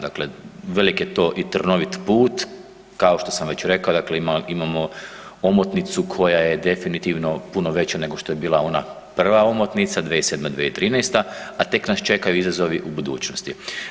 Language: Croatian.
Dakle, velik je to i trnovit put kao što sam već rekao dakle imamo omotnicu koja je definitivno puno veća nego što je bila ona prva omotnica 2007. – 2013., a tek nas čekaju izazovi u budućnosti.